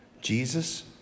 Jesus